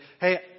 hey